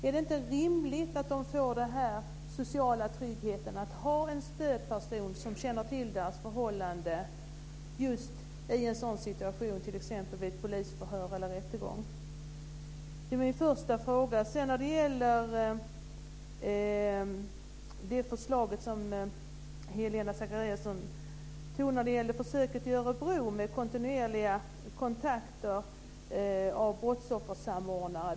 Är det inte rimligt att de får den sociala tryggheten att ha med sig en stödperson som känner till deras förhållanden vid t.ex. ett polisförhör eller vid en rättegång? Det är min första fråga. Helena Zakariasén nämnde försöket i Örebro med kontinuerliga kontakter med brottsoffersamordnare.